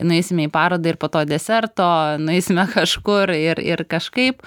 nueisime į parodą ir po to deserto nueisime kažkur ir ir kažkaip